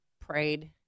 prayed